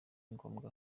ngombwa